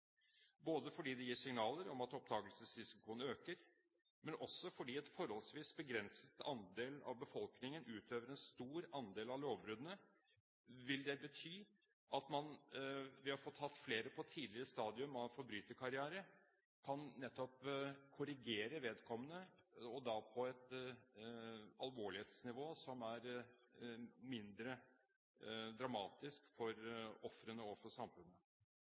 både fordi det gir signaler om at oppdagelsesrisikoen øker, og fordi en forholdsvis begrenset andel av befolkningen utøver en stor andel av lovbruddene. Det vil bety at man ved å få tatt flere på et tidligere stadium av en forbryterkarriere nettopp kan korrigere vedkommende på et alvorlighetsnivå som er mindre dramatisk for ofrene og for samfunnet.